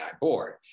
board